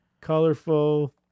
Colorful